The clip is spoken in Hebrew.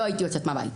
לא הייתי יוצאת מהבית,